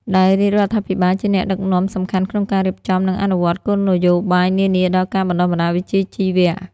ដែលរាជរដ្ឋាភិបាលជាអ្នកដឹកនាំសំខាន់ក្នុងការរៀបចំ និងអនុវត្តគោលនយោបាយនានាដល់ការបណ្តុះបណ្តាលវិជ្ជាជីវៈ។